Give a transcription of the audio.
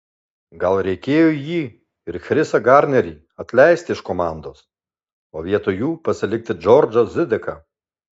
gal reikėjo jį ir chrisą garnerį atleisti iš komandos o vietoj jų pasilikti džordžą zideką